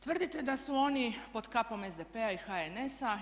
Tvrdite da su oni pod kapom SDP-a i HNS-a.